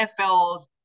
nfl's